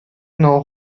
know